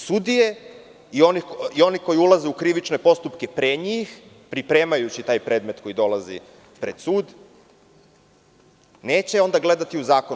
Sudije i oni koji ulaze u krivične postupke pre njih, pripremajući taj predmet koji dolazi pred sud, onda neće gledati u zakon.